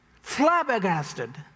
flabbergasted